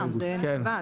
זה קודם.